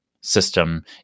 system